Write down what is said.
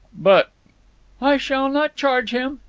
but i shall not charge him.